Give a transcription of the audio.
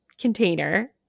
container